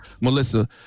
Melissa